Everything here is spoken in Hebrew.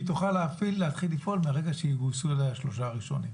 הם תוכל להתחיל לפעול מהרגע שיגויסו אליה שלושה הראשונים.